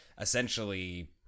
essentially